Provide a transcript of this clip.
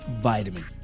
Vitamin